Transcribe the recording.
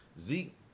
Zeke